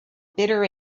bitter